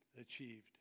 achieved